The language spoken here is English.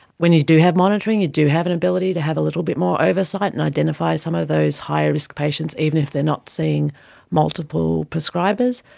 when you do have monitoring you do have an ability to have a little bit more oversight and identify some of those higher risk patients, even if they are not seeing multiple prescribers,